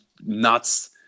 nuts